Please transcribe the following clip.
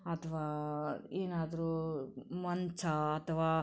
ಅಥ್ವಾ ಏನಾದರೂ ಮಂಚ ಅಥ್ವಾ